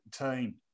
team